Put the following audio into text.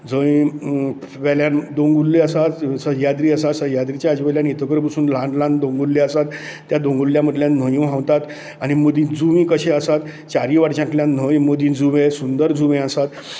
जंय वेल्यान दोंगुल्ले आसाच सह्याद्री आसा सह्याद्रीच्या हाचें वयल्यान येतकर पासून ल्हान ल्हान दोंगुल्ल्यो आसात त्या दोंगुल्ल्या मदल्यान न्हंयो व्हावंतात आनी मदीं जुवे कशे आसात चारूय वटांतल्यान न्हंय मदीं जुवें सुंदर जुवें आसात